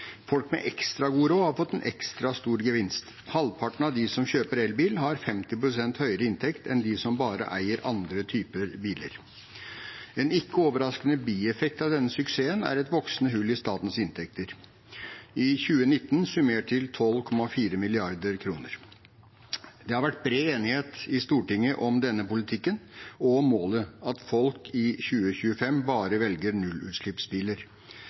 Folk med ekstra god råd har fått en ekstra stor gevinst. Halvparten av dem som kjøper elbil, har 50 pst. høyere inntekt enn dem som bare eier andre typer biler. En ikke overraskende bieffekt av denne suksessen er et voksende hull i statens inntekter, i 2019 summert til 12,4 mrd. kr. Det har vært bred enighet i Stortinget om denne politikken og om målet: at folk i 2025 bare velger nullutslippsbiler